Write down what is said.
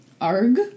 ARG